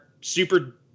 super